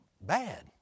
bad